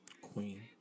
Queen